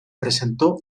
presentó